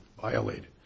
violated